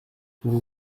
vous